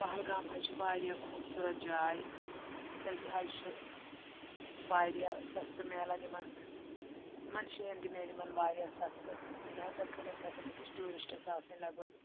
پہلگام حظ چھِ واریاہ خوٗبصوٗرت جاے تتہِ حظ چھُ واریاہ سَستہٕ مِلان یِمَن یِمَن جایَن تہِ میلہِ یِمَن واریاہ سَستہٕ لہازا کٔرِتھ گژھن أکِس ٹوٗرِسٹس آسٕنۍ لگ بگ